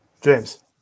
James